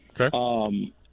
Okay